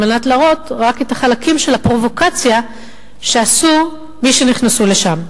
על מנת להראות רק את חלקים של הפרובוקציה שעשו מי שנכנסו לשם.